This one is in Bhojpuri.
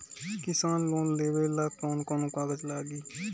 किसान लोन लेबे ला कौन कौन कागज लागि?